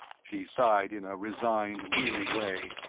she sighed in a resigned, weary way,